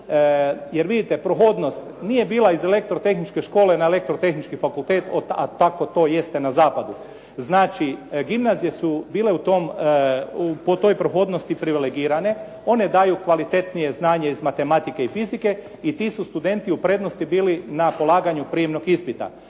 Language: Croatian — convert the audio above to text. jer vidite, prohodnost nije bila iz elektrotehničke škole na elektrotehnički fakultet, a tako to jeste na zapadu. Znači, gimnazije su bile po toj prohodnosti privilegirane, one daju kvalitetnije znanje iz matematike i fizike i ti su studenti u prednosti bili na polaganju prijemnog ispita.